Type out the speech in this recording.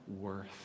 worth